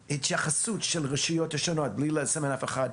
ההתייחסות של הרשויות השונות, בלי לסמן אף אחת,